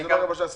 זה לא רבע שעה,